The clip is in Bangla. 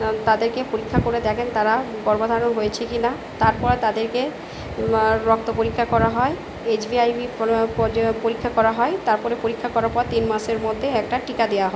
তাদেরকে পরীক্ষা করে দেখেন তারা গর্ভধারণ হয়েছে কি না তারপরে তাদেরকে রক্ত পরীক্ষা করা হয় এইচ আই ভি পরীক্ষা করা হয় তারপরে পরীক্ষা করার পর তিন মাসের মধ্যে একটা টিকা দেওয়া হয়